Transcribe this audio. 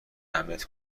امنیتی